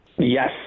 Yes